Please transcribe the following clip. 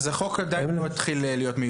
אז החוק עדיין לא התחיל להיות מיושם.